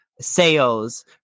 sales